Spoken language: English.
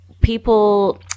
people